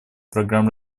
программ